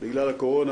בגלל הקורונה,